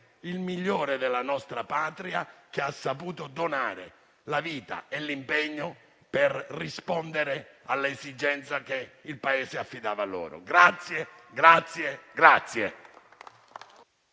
migliore della nostra Patria, che ha saputo donare la vita e l'impegno per rispondere all'esigenza che il Paese affidava loro. Grazie, grazie, grazie.